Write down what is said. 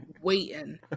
waiting